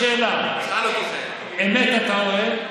שאלה: אמת אתה אוהב?